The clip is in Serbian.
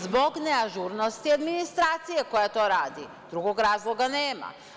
Zbog neažurnosti administracije koja to radi, drugog razloga nema.